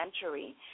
century